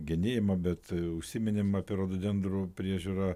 genėjimą bet užsiminėm apie rododendrų priežiūrą